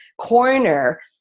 corner